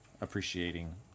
appreciating